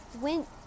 went